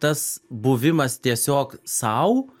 tas buvimas tiesiog sau